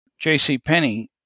JCPenney